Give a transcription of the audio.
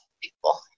people